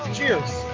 Cheers